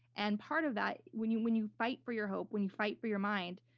and part of that, when you when you fight for your hope, when you fight for your mind,